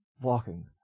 walking